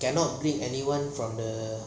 cannot take anyone from the